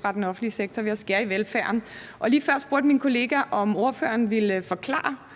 fra den offentlige sektor og ved at skære i velfærden. Lige før spurgte min kollega, om ordføreren ville forklare,